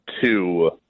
two